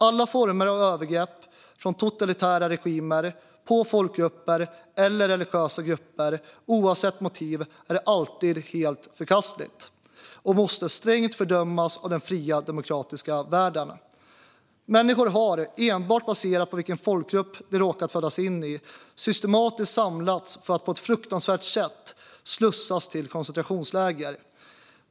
Alla former av övergrepp från totalitära regimer mot folkgrupper eller religiösa grupper är oavsett motiv alltid helt förkastliga och måste strängt fördömas av den fria demokratiska världen. Människor har, enbart baserat på vilken folkgrupp de råkat födas in i, systematiskt samlats ihop för att på ett fruktansvärt sätt slussas till koncentrationsläger.